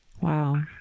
Wow